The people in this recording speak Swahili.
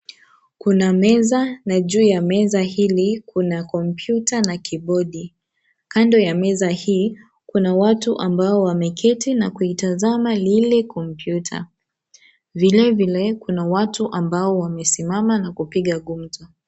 Kuna meza na juu ya meza hiyo kuna kopmuta na kibodi kando ya meza hii kuna watu ambao wameketi na kuitazama lile komputa vile vile kuna watu ambao wamesimama na kupiga gumzo.